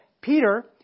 Peter